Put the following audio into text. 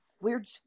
Weird